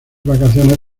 vacaciones